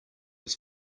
his